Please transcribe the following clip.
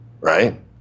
right